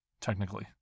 technically